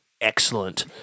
excellent